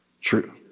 true